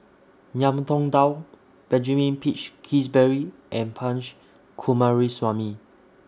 Ngiam Tong Dow Benjamin Peach Keasberry and Punch Coomaraswamy